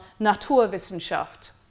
Naturwissenschaft